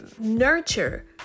nurture